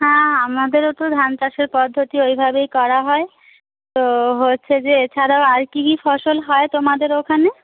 হ্যাঁ আমাদেরও তো ধান চাষের পদ্ধতি ওইভাবেই করা হয় তো হচ্ছে যে এছাড়াও আর কী কী ফসল হয় তোমাদের ওখানে